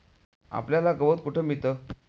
आपल्याला गवत कुठे मिळतं?